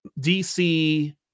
DC